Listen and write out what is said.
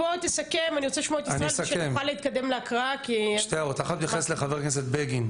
בהתייחס להערת חבר הכנסת בגין: